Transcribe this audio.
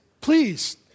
Please